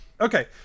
Okay